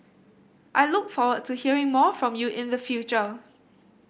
I look forward to hearing more from you in the future